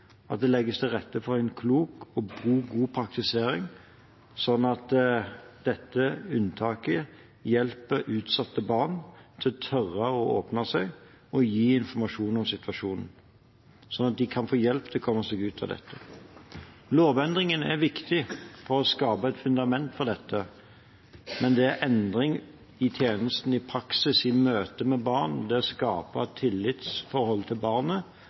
at det legges til rette for en klok og god praktisering, slik at dette unntaket hjelper utsatte barn til å tørre å åpne seg og gi informasjon om situasjonen, slik at de kan få hjelp til å komme seg ut av dette. Lovendringen er viktig for å skape et fundament for dette, men det er endring i tjenesten i praksis i møte med barn, det å skape tillitsforhold til barnet